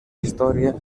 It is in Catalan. història